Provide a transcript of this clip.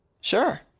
Sure